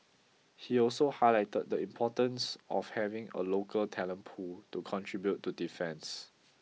he also highlighted the importance of having a local talent pool to contribute to defence